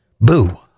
Boo